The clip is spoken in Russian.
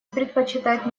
предпочитает